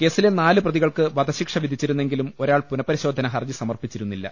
കേസിലെ നാലു പ്രതികൾക്ക് വധശിക്ഷ വിധിച്ചിരുന്നെങ്കിലും ഒരാൾ പുനഃപരിശോധന ഹർജി സമർപ്പിച്ചിരുന്നില്ല